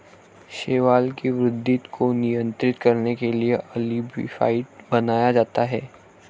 शैवाल की वृद्धि को नियंत्रित करने के लिए अल्बिकाइड बनाया जाता है